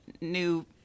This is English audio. New